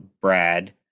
brad